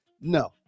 No